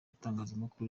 itangazamakuru